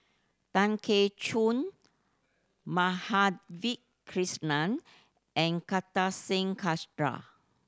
Tan Keong Choon Madhavi Krishnan and Kartar Singh